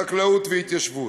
חקלאות והתיישבות,